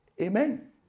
Amen